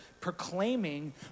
proclaiming